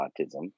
autism